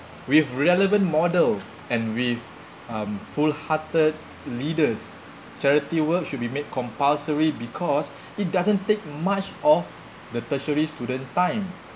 with relevant model and with um full hearted leaders charity work should be made compulsory because it doesn't take much of the tertiary student time